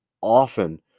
often